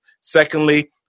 Secondly